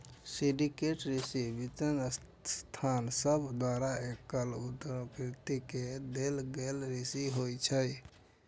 syndicate ऋण वित्तीय संस्थान सभ द्वारा एकल उधारकर्ता के देल गेल ऋण होइ छै